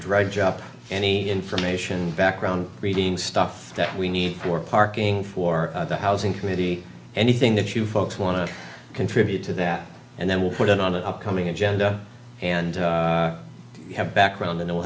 dredge up any information background reading stuff that we need for parking for the housing committee anything that you folks want to contribute to that and then we'll put it on the upcoming agenda and have background